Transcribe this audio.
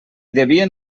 devien